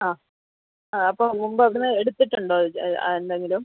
ആ ആ അപ്പോൾ മുമ്പ് അവിടുന്ന് എടുത്തിട്ടുണ്ടോ ഇത് എന്തെങ്കിലും